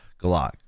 Glock